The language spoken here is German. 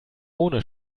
ohne